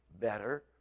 Better